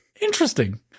interesting